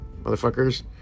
motherfuckers